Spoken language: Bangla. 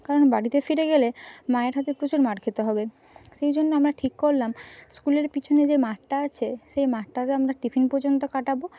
কারণ বাড়িতে ফিরে গেলে মায়ের হাতে প্রচুর মার খেতে হবে সেই জন্যে আমরা ঠিক করলাম স্কুলের পিছনে যে মাঠটা আছে সেই মাঠটাতে আমরা টিফিন পর্যন্ত কাটাবো